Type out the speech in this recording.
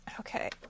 Okay